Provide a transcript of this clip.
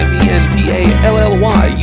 Mentally